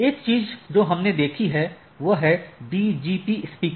एक चीज जो हमने देखी है वह है BGP स्पीकर